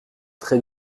très